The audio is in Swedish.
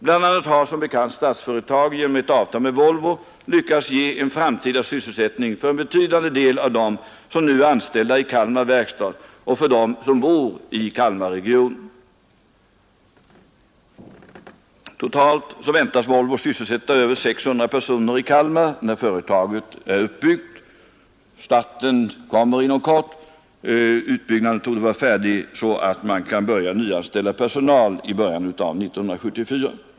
Bl. a. har som bekant Statsföretag genom ett avtal med Volvo lyckats ge framtida sysselsättning för en betydande del av dem som nu är anställda i Kalmar verkstad och som bor i Kalmarregionen. Totalt väntas Volvo sysselsätta över 600 personer i Kalmar när företaget är uppbyggt. Starten kommer inom kort, och utbyggnaden torde vara färdig — så att man kan börja nyanställa personal — i början av 1974.